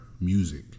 music